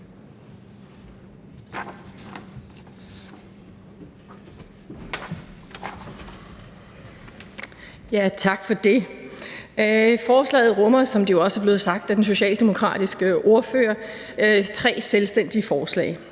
Tak for det. Forslaget rummer, som det jo også er blevet sagt af den socialdemokratiske ordfører, tre selvstændige forslag.